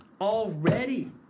Already